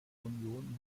union